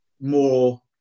more